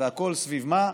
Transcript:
והכול סביב מה?